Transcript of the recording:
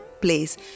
place